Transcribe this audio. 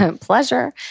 pleasure